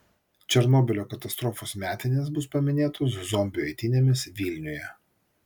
černobylio katastrofos metinės bus paminėtos zombių eitynėmis vilniuje